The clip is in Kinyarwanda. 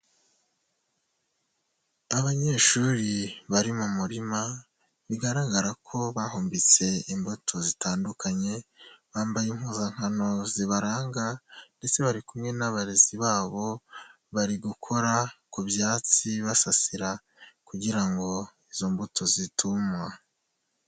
Abanyeshuri bari mu murima bigaragara ko bahumbitse imbuto zitandukanye, bambaye impuzankano zibaranga ndetse bari kumwe n'abarezi babo bari gukora ku byatsi basasira kugira ngo izo mbuto zitumywa.